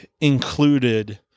included